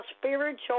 spiritual